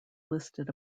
listed